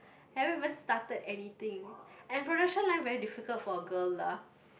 everyone started anything and production line very difficult for a girl lah